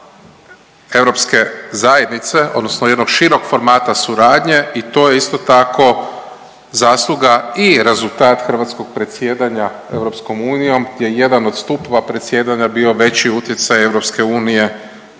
hrvatskog predsjedanja EU gdje je jedan od stupova predsjedanja bio veći utjecaj EU